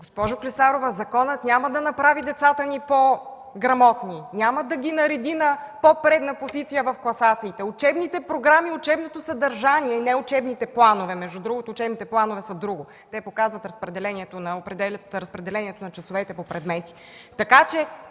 Госпожо Клисарова, законът няма да направи децата ни по-грамотни и няма да ги нареди на по-предна позиция в класациите. Учебните програми и учебното съдържание, а не учебните планове – между другото учебните планове са друго, те показват разпределението на часовете по предмети